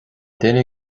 duine